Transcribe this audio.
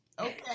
okay